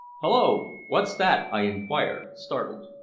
hulloa, what's that? i enquired, startled.